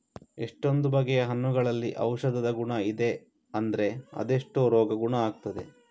ಎಷ್ಟೊಂದು ಬಗೆಯ ಹಣ್ಣುಗಳಲ್ಲಿ ಔಷಧದ ಗುಣ ಇದೆ ಅಂದ್ರೆ ಅದೆಷ್ಟೋ ರೋಗ ಗುಣ ಆಗ್ತದೆ